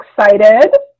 excited